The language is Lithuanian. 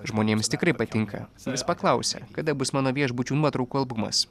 žmonėms tikrai patinka vis paklausia kada bus mano viešbučių nuotraukų albumas